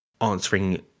answering